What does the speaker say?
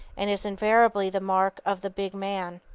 and is invariably the mark of the big man.